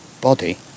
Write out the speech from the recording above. body